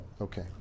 Okay